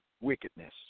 wickedness